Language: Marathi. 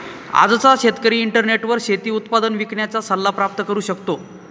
आजचा शेतकरी इंटरनेटवर शेती उत्पादन विकण्याचा सल्ला प्राप्त करू शकतो